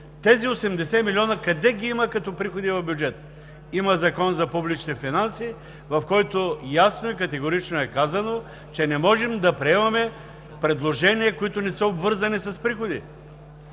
тези 80 милиона къде ги има като приходи в бюджета?! Има Закон за публичните финанси, в който ясно и категорично е казано, че не можем да приемаме предложения, които не са обвързани с приходи.